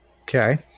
Okay